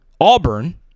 Auburn